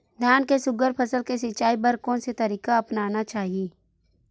धान के सुघ्घर फसल के सिचाई बर कोन से तरीका अपनाना चाहि?